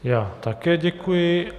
Já také děkuji.